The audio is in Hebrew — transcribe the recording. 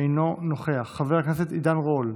אינו נוכח, חבר הכנסת עידן רול,